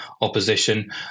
opposition